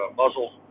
muzzle